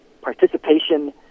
participation